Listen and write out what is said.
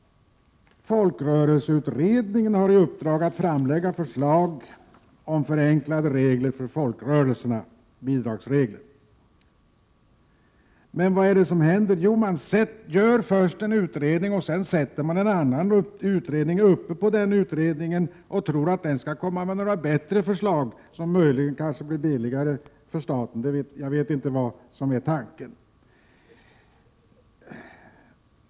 Folkrörelseutredningen har i uppdrag att framlägga förslag om förenklade regler för bidrag till folkrörelserna. Men vad händer? Jo, man gör först en utredning. Sedan sätter man en annan utredning uppe på den och tror att denna senare utredning skall komma med några bättre förslag, möjligen billigare förslag — jag vet inte vad som är tanken bakom detta.